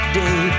day